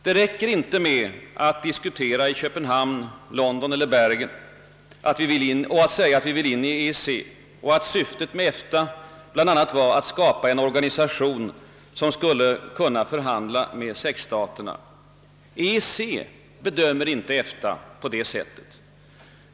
Det räcker inte med att diskutera i Köpenhamn, London eller Bergen och att säga att vi vill in i EEC och att syftet med EFTA bl.a. var att skapa en organisation som skulle kunna förhandla med sexstaterna. EEC bedömer inte EFTA på det sättet.